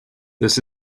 this